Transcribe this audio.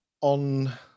on